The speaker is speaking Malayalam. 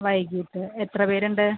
വൈകീട്ട് എത്ര പേരുണ്ട്